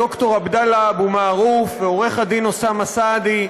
ד"ר עבדאללה אבו מערוף ועו"ד אוסאמה סעדי.